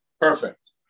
Perfect